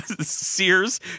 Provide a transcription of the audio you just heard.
Sears